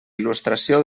il·lustració